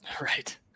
Right